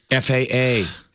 FAA